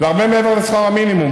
הרבה מעבר לשכר המינימום.